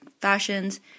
fashions